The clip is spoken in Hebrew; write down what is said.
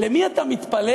למי אתה מתפלל?